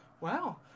wow